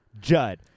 Judd